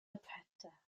operetta